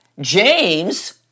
James